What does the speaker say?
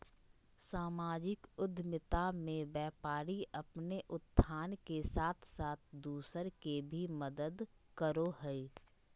सामाजिक उद्द्मिता मे व्यापारी अपने उत्थान के साथ साथ दूसर के भी मदद करो हय